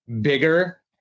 bigger